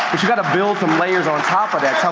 but you gotta build some layers on top of that.